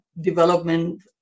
development